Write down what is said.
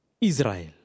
Israel